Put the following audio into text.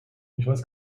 weiß